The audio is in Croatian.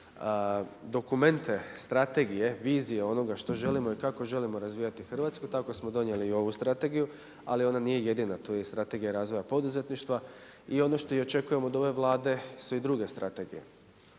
dokumente, strategije, vizije onoga što želimo i kako želimo razvijati Hrvatsku tako smo donijeli i ovu strategiju, ali ona nije jedina, tu je i Strategija razvoja poduzetništva. I ono što i očekujemo od ove Vlade su i druge strategije